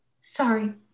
Sorry